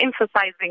emphasizing